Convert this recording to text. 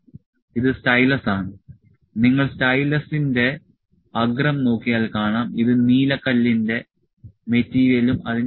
ഇത് സ്റ്റൈലസ് ആണ് നിങ്ങൾ സ്റ്റൈലസിന്റെ അഗ്രം നോക്കിയാൽ കാണാം ഇത് നീലക്കല്ലിന്റെ മെറ്റീരിയലും അതിന്റെ വ്യാസം 2 മില്ലീമീറ്ററുമാണ്